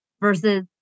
versus